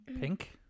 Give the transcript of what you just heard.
Pink